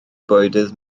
bwydydd